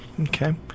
Okay